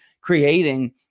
creating